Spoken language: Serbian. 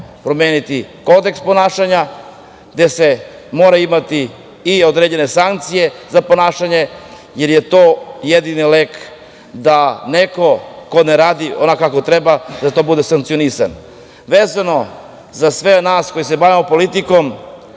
promeniti kodeks ponašanja, gde se moraju imati i određene sankcije za ponašanje, jer je to jedini lek, da neko ko ne radi onako kako treba, da to bude sankcionisano. Vezano za sve nas koji se bavimo politikom,